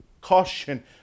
caution